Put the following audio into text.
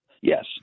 Yes